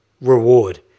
reward